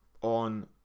on